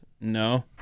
No